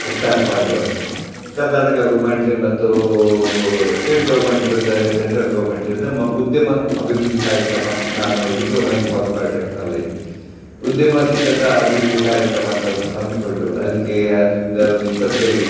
start ಮಾಡಿದ್ದೋ ಕರ್ನಾಟಕ ಗೌರ್ಮೆಂಟ್ಗೆ ಮತ್ತು ಸ್ಟೇಟ್ ಗೌರ್ಮೆಂಟ್ ಮತ್ತು ಸೆಂಟ್ರಲ್ ಗೌರ್ಮೆಂಟಿಂದ ನಮ್ಮ ಉದ್ಯಮ ಅಭಿವೃದ್ಧಿ ಕಾರ್ಯಕ್ರಮ ನಾನು ಡಿಪ್ಲೋಮಾ ಇನ್ ಪಾಲಿಮರ್ ಟೆಕ್ನಾಲೊಜಿ ಉದ್ಯಮಶೀಲತಾ ಅಭಿವೃದ್ಧಿ ಕಾರ್ಯಕ್ರಮ ಅಂತ ಒಂದು ಹಮ್ಮಿಕೊಂಡು ಅದಕ್ಕೆ ಅದರಿಂದ ಒಂದು ಇಪ್ಪತ್ತೈದು